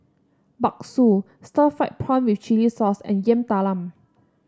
Bakso Stir Fried Prawn with Chili Sauce and Yam Talam